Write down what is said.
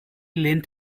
lehnt